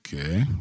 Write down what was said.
okay